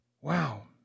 wow